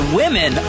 women